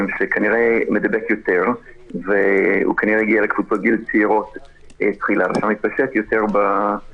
שכנראה מדבק יותר וכנראה הגיע לקבוצות גיל צעירות בהתחלה והתפשט ביתר